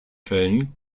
fällen